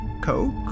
Coke